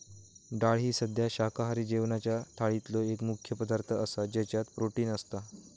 डाळ ही साध्या शाकाहारी जेवणाच्या थाळीतलो एक मुख्य पदार्थ आसा ज्याच्यात प्रोटीन असता